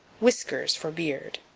whiskers for beard.